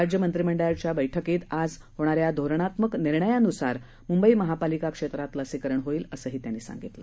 राज्य मंत्रीमंडळाच्या बैठकीत आज होणाऱ्या धोरणात्मक निर्णयानुसार मुंबई महापालिका क्षेत्रात लसीकरण होईल असंही त्यांनी सांगितलं